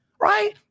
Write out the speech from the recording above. right